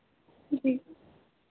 जी